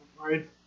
right